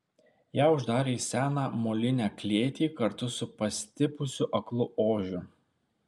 ją uždarė į seną molinę klėtį kartu su pastipusiu aklu ožiu